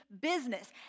business